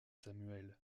samuel